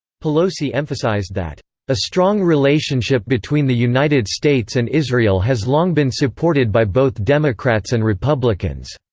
pelosi emphasized that a strong relationship between the united states and israel has long been supported by both democrats and republicans.